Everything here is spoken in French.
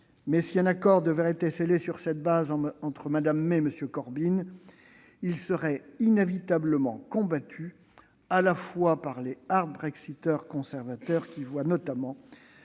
Mais si un accord devait être scellé sur cette base entre Mme May et M. Corbyn, il serait inévitablement combattu à la fois par les conservateurs, qui y voient notamment